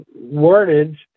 wordage